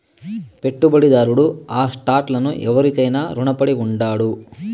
పెట్టుబడిదారుడు ఆ స్టాక్ లను ఎవురికైనా రునపడి ఉండాడు